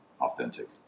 authentic